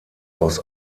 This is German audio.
aus